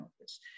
office